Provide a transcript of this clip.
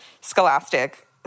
Scholastic